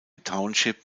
township